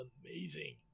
amazing